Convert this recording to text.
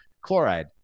chloride